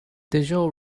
digital